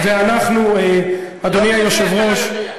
חבר הכנסת טיבי,